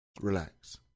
relax